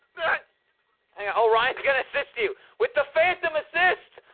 yeah and yeah oh, ryan's gonna assist you! with the phantom assist!